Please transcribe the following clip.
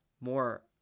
more